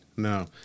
No